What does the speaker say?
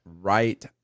right